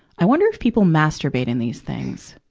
i wonder if people masturbate in these things.